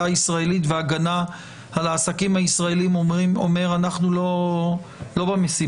הישראלית וההגנה על העסקים הישראלים אומר: אנחנו לא במסיבה.